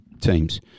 teams